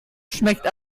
schmeckt